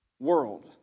world